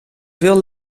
veel